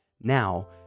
Now